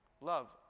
Love